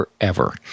forever